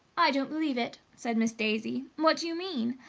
i don't believe it! said miss daisy. what do you mean?